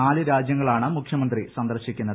നാലു രാജ്യങ്ങളാണ് മുഖ്യമന്ത്രി സന്ദർശിക്കുന്നത്